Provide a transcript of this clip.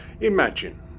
Imagine